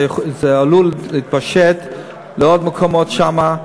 זה עלול להתפשט לעוד מקומות שם.